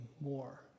more